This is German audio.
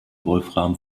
wolfram